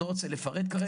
אני לא רוצה לפרט כרגע.